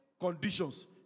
conditions